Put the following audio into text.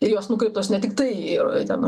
ir jos nukreiptos ne tiktai ten